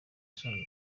yashakaga